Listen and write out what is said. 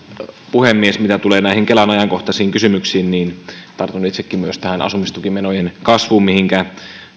puhemies mitä tulee näihin kelan ajankohtaisiin kysymyksiin tartun itsekin tähän asumistukimenojen kasvuun mihinkä